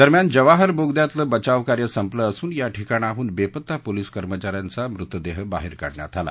दरम्यान जवाहर बोगद्यातलं बचावकार्य संपलं असून या ठिकाणाहून बेपत्ता पोलिस कर्मचा यांचा मृतदेह बाहेर काढण्यात आला